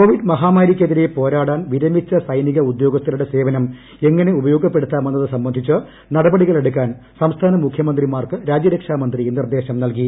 Covid മഹാമാരിക്കെതിരെ പോരാടാൻ വിരമിച്ച സൈനിക ഉദ്യോഗസ്ഥരുടെ സേവനം എങ്ങനെ ഉപയോഗപ്പെടുത്താമെന്നത് സംബന്ധിച്ച് നടപടികളെടുക്കാൻ സംസ്ഥാന മുഖ്യമന്ത്രിമാർക്ക് രാജ്യ രക്ഷാമന്ത്രി നിർദ്ദേശം നൽകി